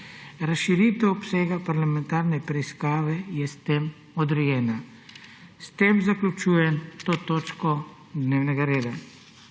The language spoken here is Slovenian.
Razširitev obsega parlamentarne preiskave je s tem odrejena. S tem zaključujem to točko dnevnega reda.